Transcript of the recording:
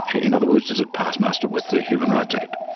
ah in other words, does it pass muster with the human rights act?